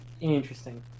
Interesting